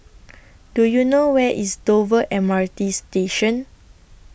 Do YOU know Where IS Dover M R T Station